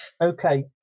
Okay